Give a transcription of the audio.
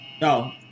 No